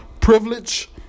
privilege